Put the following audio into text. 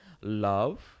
love